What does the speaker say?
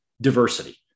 Diversity